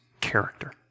character